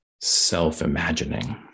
self-imagining